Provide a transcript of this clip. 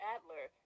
Adler